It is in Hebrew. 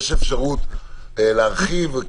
יש אפשרות להרחיב?